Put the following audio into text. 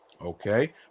Okay